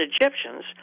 Egyptians